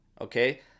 okay